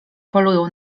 polują